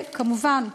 כמובן,